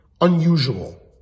unusual